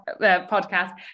podcast